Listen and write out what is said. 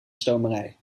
stomerij